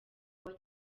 uwa